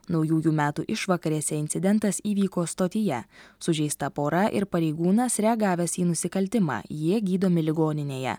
naujųjų metų išvakarėse incidentas įvyko stotyje sužeista pora ir pareigūnas reagavęs į nusikaltimą jie gydomi ligoninėje